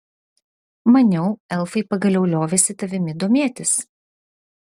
maniau elfai pagaliau liovėsi tavimi domėtis